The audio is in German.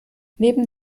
neben